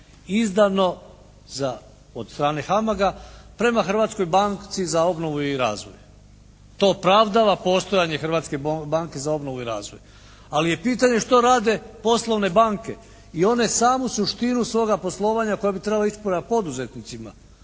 izdano za od strane HAMAG-a prema Hrvatskoj banci za obnovu i razvoj. To opravdava postojanje Hrvatske banke za obnovu i razvoj, ali je pitanje što rade poslovne banke i one samu suštinu svoga poslovanja koja bi trebala ići prema poduzetnicima,